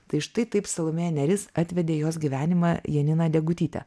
tai štai taip salomėja nėris atvedė jos gyvenimą janiną degutytę